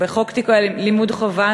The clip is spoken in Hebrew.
בחוק לימוד חובה,